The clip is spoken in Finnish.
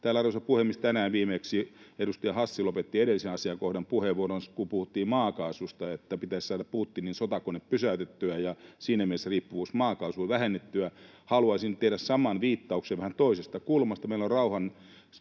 Täällä, arvoisa puhemies, tänään viimeksi edustaja Hassi lopetti edellisen asiakohdan puheenvuoronsa, kun puhuttiin maakaasusta, niin, että pitäisi saada Putinin sotakone pysäytettyä ja siinä mielessä riippuvuutta maakaasusta vähennettyä. Haluaisin tehdä saman viittauksen vähän toisesta kulmasta: Meillä